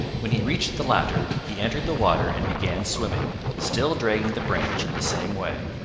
when he reached the latter he entered the water and began swimming, still dragging the branch in the same way.